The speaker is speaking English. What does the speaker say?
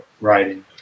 writing